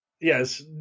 Yes